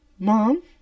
Mom